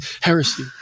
Heresy